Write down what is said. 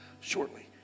shortly